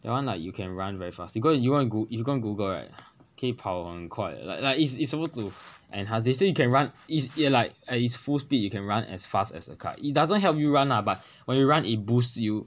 that one like you can run very fast you go and if you go and google right 可以跑很快的 like like it's it's supposed to enhance they say you can run is a like at its full speed you can run as fast as a car it doesn't help you run lah but when you run it boost you